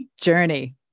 journey